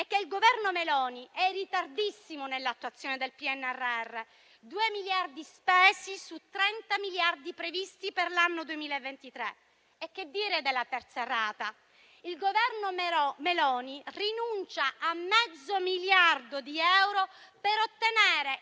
che il Governo Meloni è in ritardissimo nell'attuazione del PNRR: 2 miliardi spesi su 30 miliardi previsti per l'anno 2023. E che dire della terza rata? Il Governo Meloni rinuncia a mezzo miliardo di euro per ottenere il